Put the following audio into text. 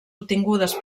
obtingudes